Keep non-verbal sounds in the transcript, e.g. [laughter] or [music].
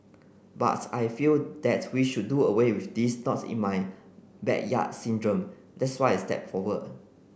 [unintelligible] I feel that we should do away with this not in my backyard syndrome that's why I stepped forward